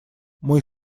мой